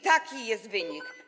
Taki jest wynik.